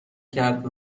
کرد